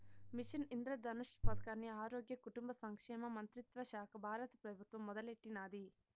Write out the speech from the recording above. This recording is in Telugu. మిషన్ ఇంద్రధనుష్ పదకాన్ని ఆరోగ్య, కుటుంబ సంక్షేమ మంత్రిత్వశాక బారత పెబుత్వం మొదలెట్టినాది